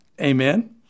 amen